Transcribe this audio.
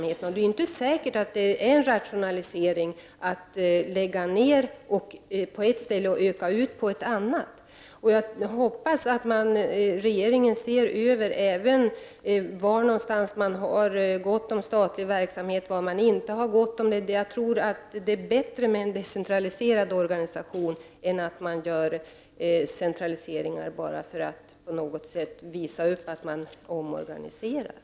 Det är inte säkert att det är rationellt att lägga ned verksamheter på ett ställe och utöka antalet på andra. Jag hoppas att regeringen även studerar var det finns gott om statliga verksamheter resp. var det är ont om dem. Jag tror det är bättre med en decentraliserad organisation än att centralisera bara för att visa upp att man omorganiserar.